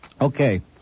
Okay